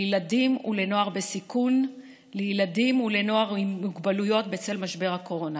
לילדים ולנוער בסיכון ולילדים ולנוער עם מוגבלויות בצל משבר הקורונה.